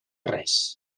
res